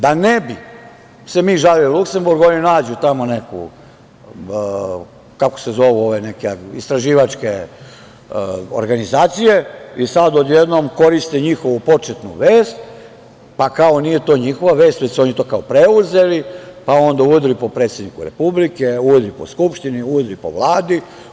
Da se ne bi mi žalili Luksemburgu, oni nađu tamo neke istraživačke organizacije i sad odjednom koriste njihovu početnu vest, pa, kao, nije to njihova vest već su oni to kao preuzeli, pa onda udri po predsedniku Republike, udri po Skupštini, udri po Vladi.